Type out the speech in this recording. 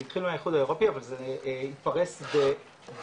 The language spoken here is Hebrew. זה התחיל באיחוד האירופי אבל זה התפרש די